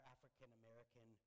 African-American